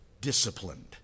disciplined